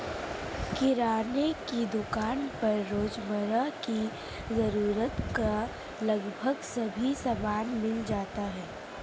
किराने की दुकान पर रोजमर्रा की जरूरत का लगभग सभी सामान मिल जाता है